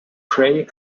prey